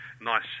nice